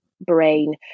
brain